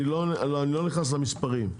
אני לא נכנס למספרים,